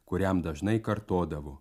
kuriam dažnai kartodavo